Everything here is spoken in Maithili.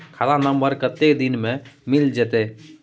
खाता नंबर कत्ते दिन मे मिल जेतै?